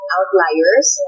Outliers